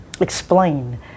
explain